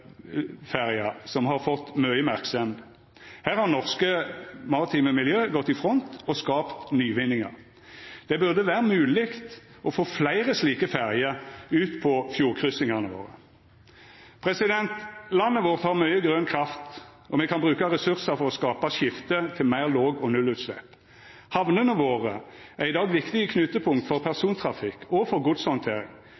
nullutsleppsferje som har fått mykje merksemd. Her har norske maritime miljø gått i front og skapt nyvinningar. Det burde vera mogleg å få fleire slike ferjer ut på fjordkryssingane våre. Landet vårt har mykje grøn kraft, og me kan bruka ressursar for å skapa eit skifte til meir låg- og nullutslepp. Hamnene våre er i dag viktige knutepunkt for